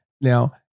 Now